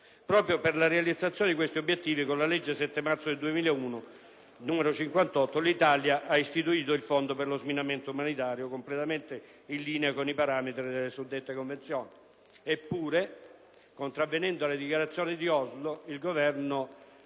Proprio per la realizzazione di questi obiettivi, con la legge 7 marzo 2001, n. 58, l'Italia ha istituito il Fondo per lo sminamento umanitario, completamente in linea con i parametri delle suddette convenzioni. Eppure, contravvenendo alle dichiarazioni di Oslo, il Governo